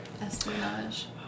espionage